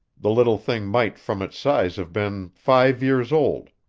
the little thing might from its size have been five years old,